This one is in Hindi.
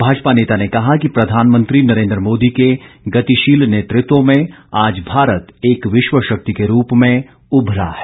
भाजपा नेता ने कहा कि प्रधानमंत्री नरेन्द्र मोदी के गतिशील नेतृत्व में आज भारत एक विश्व शक्ति के रूप में उभरा है